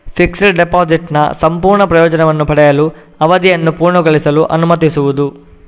fixed ಡೆಪಾಸಿಟಿನ ಸಂಪೂರ್ಣ ಪ್ರಯೋಜನವನ್ನು ಪಡೆಯಲು, ಅವಧಿಯನ್ನು ಪೂರ್ಣಗೊಳಿಸಲು ಅನುಮತಿಸುವುದು